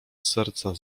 serca